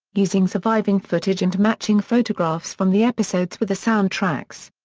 using surviving footage and matching photographs from the episodes with the soundtracks.